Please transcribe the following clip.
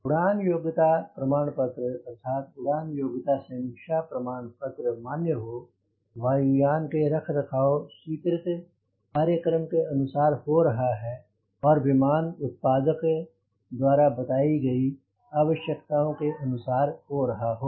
उड़ान योग्यता प्रमाण पत्र अर्थात उड़ान योग्यता समीक्षा प्रमाण पत्र मान्य हो वायु यान के रखरखाव स्वीकृत रखरखाव कार्यक्रम के अनुसार हो रहा हूं और विमान उत्पादक द्वारा बताई गई आवश्यकताओं के अनुसार हो रहा हो